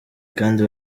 kandi